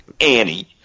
Annie